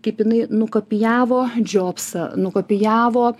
kaip jinai nukopijavo džopsą nukopijavo